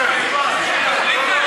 שב, שב.